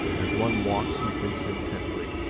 as one walks who thinks intently,